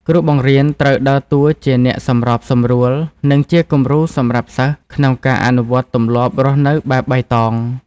គ្រូបង្រៀនត្រូវដើរតួជាអ្នកសម្របសម្រួល និងជាគំរូសម្រាប់សិស្សក្នុងការអនុវត្តទម្លាប់រស់នៅបែបបៃតង។